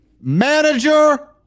Manager